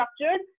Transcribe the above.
structured